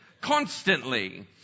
constantly